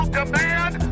demand